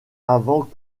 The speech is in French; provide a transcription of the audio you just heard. avant